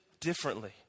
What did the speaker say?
differently